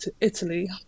Italy